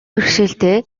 бэрхшээлтэй